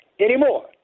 anymore